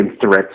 threats